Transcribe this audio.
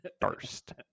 first